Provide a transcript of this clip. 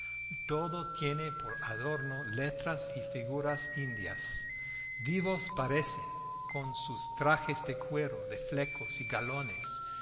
todo tiene por adorno letras y figuras indias vivos parecen con sus trajes de cuero de flecos y galones